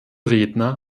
redner